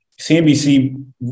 CNBC